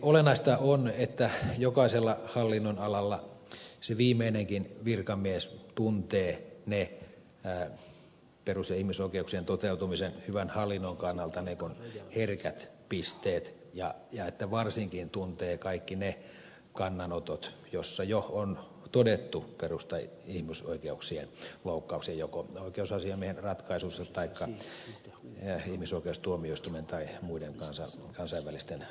olennaista on että jokaisella hallinnonalalla se viimeinenkin virkamies tuntee ne perus ja ihmisoikeuksien toteutumisen hyvän hallinnon kannalta herkät pisteet ja varsinkin kaikki ne kannanotot joissa jo on todettu perus tai ihmisoikeuksien loukkaus joko oikeusasiamiehen ratkaisussa taikka ihmisoikeustuomioistuimen tai muiden kansainvälisten valvontaelinten ratkaisuissa